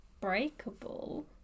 breakable